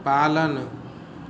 पालन